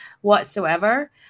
whatsoever